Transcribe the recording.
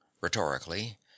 rhetorically